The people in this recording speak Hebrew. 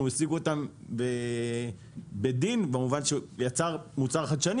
הוא כמובן השיג אותם בדין ויצר מוצר חדשני